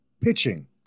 Pitching